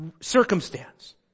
circumstance